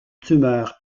tumeur